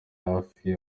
hafi